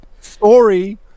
story